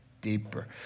Deeper